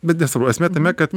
bet nesvarbu esmė tame kad